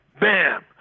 bam